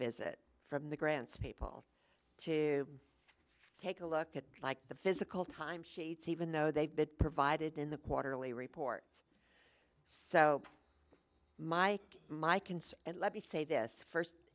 visit from the grants people to take a look at like the physical time sheets even though they've been provided in the quarterly reports so mike my concern and let me say this first